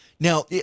Now